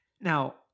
Now